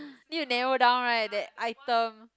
need to narrow down right that item